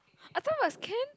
I thought that was Ken